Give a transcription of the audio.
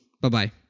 Bye-bye